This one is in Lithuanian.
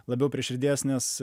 labiau prie širdies nes